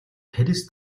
парис